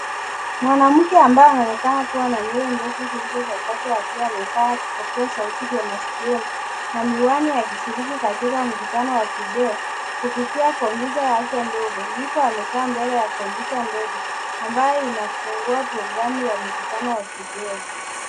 Mwanamke ambaye anaonekana kuwa na nywele ndefu zilizosokotwa akiwa amevaa vipokeo sauti vya masikioni na miwani akishirika katika mkutano wa video kupitia kompyuta yake ndogo. Yuko amekaa mbele ya kompyuta ndogo ambayo inafungua programu ya mkutano wa video.